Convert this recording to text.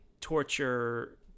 torture